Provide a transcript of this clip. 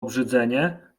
obrzydzenie